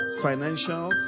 financial